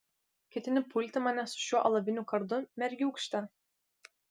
ketini pulti mane su šiuo alaviniu kardu mergiūkšte